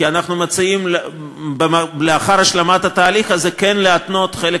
כי אנחנו מציעים לאחר השלמת התהליך הזה כן להתנות חלק